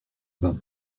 bas